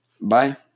Bye